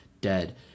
dead